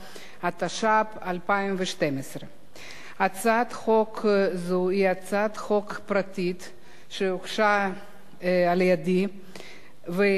התשע"ב 2012. הצעת חוק זו היא הצעת חוק פרטית שהוגשה על-ידי ומטרתה